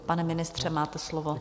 Pane ministře, máte slovo.